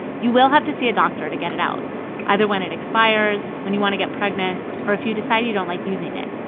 you will have to see a doctor to get it out either when it expires, when you want to get pregnant or if you decide you don't like using it.